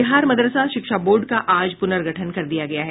बिहार मदरसा शिक्षा बोर्ड का आज पुर्नगठन कर दिया गया है